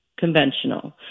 conventional